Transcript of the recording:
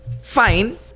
Fine